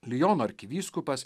liono arkivyskupas